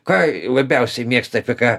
ką labiausiai mėgsta apie ką